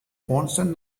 constant